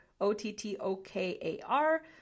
o-t-t-o-k-a-r